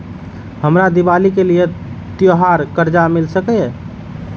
हमरा दिवाली के लिये त्योहार कर्जा मिल सकय?